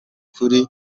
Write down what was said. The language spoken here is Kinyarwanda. kuri